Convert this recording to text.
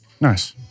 Nice